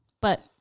But-